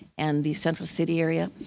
and the central city area.